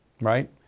right